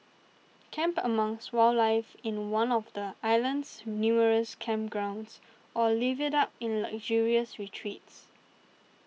camp amongst wildlife in one of the island's numerous campgrounds or live it up in luxurious retreats